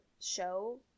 show